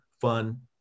fun